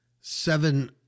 seven